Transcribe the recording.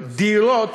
דירות